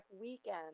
Weekend